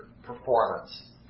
Performance